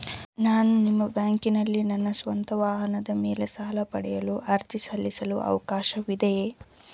ನಾನು ನಿಮ್ಮ ಬ್ಯಾಂಕಿನಲ್ಲಿ ನನ್ನ ಸ್ವಂತ ವಾಹನದ ಮೇಲೆ ಸಾಲ ಪಡೆಯಲು ಅರ್ಜಿ ಸಲ್ಲಿಸಲು ಅವಕಾಶವಿದೆಯೇ?